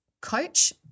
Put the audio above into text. coach